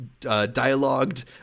dialogued